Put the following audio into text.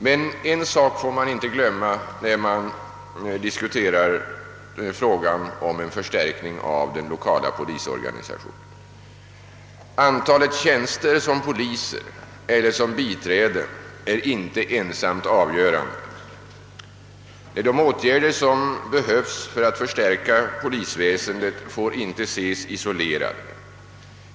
Men en sak får man inte glömma bort när man diskuterar frågan om en förstärkning av den l1okala polisorganisationen: antalet tjänster som poliser eller som biträden är inte ensamt avgörande. De åtgärder som behövs för att förstärka polisväsendet får inte ses isolerade.